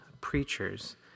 preachers